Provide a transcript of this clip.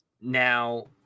now